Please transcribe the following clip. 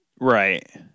Right